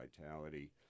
vitality